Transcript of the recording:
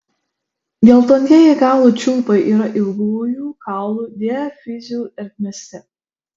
geltonieji kaulų čiulpai yra ilgųjų kaulų diafizių ertmėse